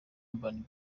urban